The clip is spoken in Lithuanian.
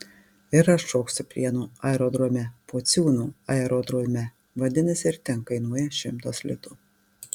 ir aš šoksiu prienų aerodrome pociūnų aerodrome vadinasi ir ten kainuoja šimtas litų